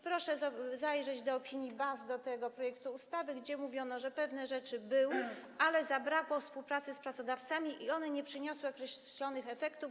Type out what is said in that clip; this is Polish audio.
Proszę zajrzeć do opinii BAS, do tego projektu ustawy, gdzie mówiono, że pewne rzeczy były, ale zabrakło współpracy z pracodawcami i one nie przyniosły określonych efektów.